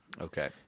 Okay